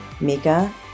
Mika